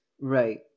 right